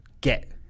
get